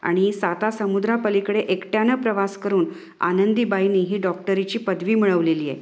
आणि सातासमुद्रापलीकडे एकट्यानं प्रवास करून आनंदीबाईनी ही डॉक्टरीची पदवी मिळवलेली आहे